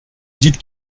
dites